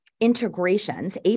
integrations